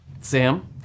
Sam